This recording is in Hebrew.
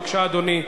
בבקשה, אדוני.